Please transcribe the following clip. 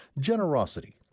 generosity